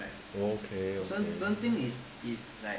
okay